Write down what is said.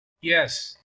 yes